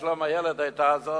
דווקא המועצה לשלום הילד היתה זאת